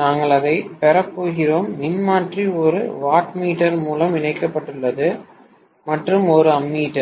நாங்கள் அதைப் பெறப்போகிறோம் மின்மாற்றி ஒரு வாட்மீட்டர் மூலம் இணைக்கப்பட்டுள்ளது மற்றும் ஒரு அம்மீட்டர்